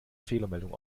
fehlermeldung